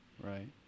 right